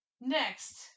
Next